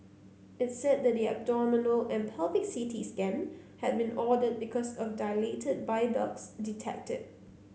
it said the abdominal and pelvic C T scan had been ordered because of dilated bile ducts detected